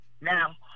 Now